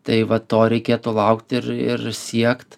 tai va to reikėtų laukti ir ir siekt